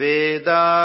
Veda